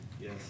Yes